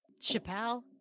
Chappelle